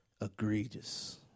egregious